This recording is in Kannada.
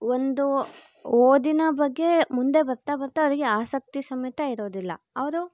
ಒಂದು ಓದಿನ ಬಗ್ಗೆ ಮುಂದೆ ಬರ್ತಾ ಬರ್ತಾ ಅವರಿಗೆ ಆಸಕ್ತಿ ಸಮೇತ ಇರೋದಿಲ್ಲ ಅವರು